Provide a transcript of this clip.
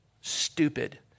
stupid